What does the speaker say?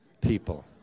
people